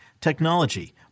technology